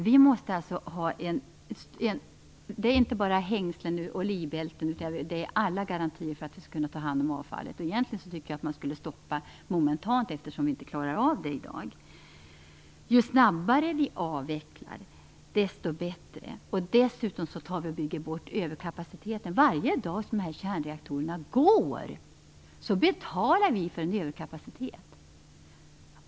Vi måste här inte bara ha hängslen och livrem, utan vi måste ha alla garantier för att avfallet skall kunna tas om hand. Jag tycker egentligen att man momentant skulle stoppa driften, eftersom man i dag inte klarar detta omhändertagande. Ju snabbare vi avvecklar, desto bättre. Dessutom bygger vi då bort överkapaciteten. Varje dag som kärnreaktorerna går betalar vi för en överkapacitet.